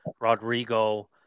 Rodrigo